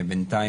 בינתיים,